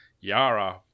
Yara